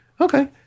Okay